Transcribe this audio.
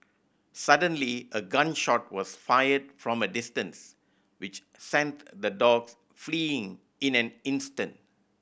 suddenly a gun shot was fired from a distance which sent the dogs fleeing in in an instant